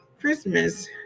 christmas